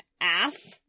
ass